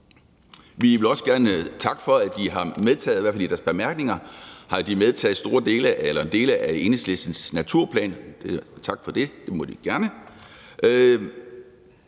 Vi vil også gerne takke for, at I har medtaget, i hvert fald i bemærkningerne, dele af Enhedslistens naturplan. Tak for det. Det må I gerne.